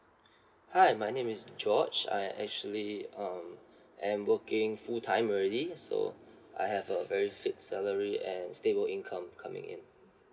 hi my name is george I actually um I am working full time already so I have a very fixed salary and stable income coming in